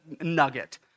nugget